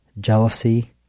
jealousy